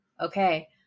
Okay